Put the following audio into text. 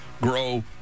grow